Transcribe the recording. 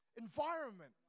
environment